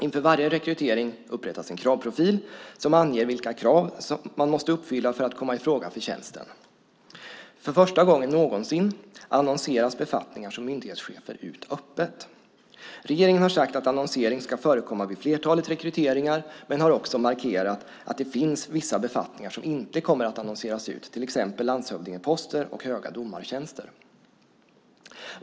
Inför varje rekrytering upprättas en kravprofil som anger vilka krav som man måste uppfylla för att komma i fråga för tjänsten. För första gången någonsin annonseras befattningar som myndighetschef ut öppet. Regeringen har sagt att annonsering ska förekomma vid flertalet rekryteringar men har också markerat att det finns vissa befattningar som inte kommer att annonseras ut, till exempel landshövdingeposter och höga domartjänster.